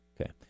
Okay